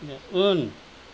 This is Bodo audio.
उन